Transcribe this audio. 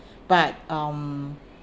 but um